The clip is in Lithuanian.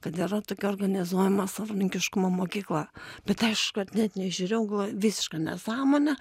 kad yra tokia organizuojama savarankiškumo mokykla bet aišku net nežiūrėjau galvoju visiška nesąmonė